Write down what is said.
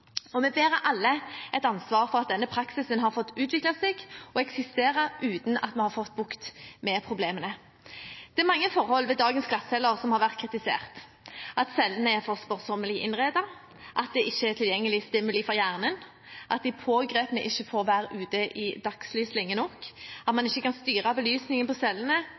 Vi bærer alle et ansvar for at denne praksisen har fått utvikle seg og eksistere, uten at vi har fått bukt med problemene. Det er mange forhold ved dagens glattceller som har vært kritisert: at cellene er for sparsommelig innredet, at det ikke er tilgjengelig stimuli for hjernen, at de pågrepne ikke får være ute i dagslys lenge nok, at man ikke kan styre belysningen på